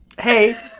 hey